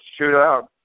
shootout